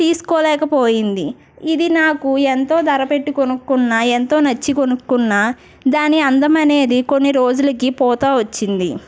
తీసుకోలేకపోయింది ఇది నాకు ఎంతో ధర పెట్టి కొనుక్కున్న ఎంతో నచ్చి కొనుక్కున్న దాని అందం అనేది కొన్ని రోజులకి పోతూ వచ్చింది